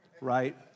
Right